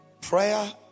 Prayer